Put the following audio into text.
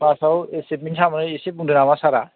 क्लासआव एसिबमेण्डनि हाबायै एसे बुंदो नामा सारआ